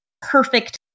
perfect